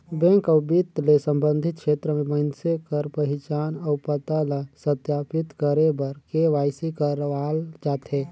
bank अउ बित्त ले संबंधित छेत्र में मइनसे कर पहिचान अउ पता ल सत्यापित करे बर के.वाई.सी करवाल जाथे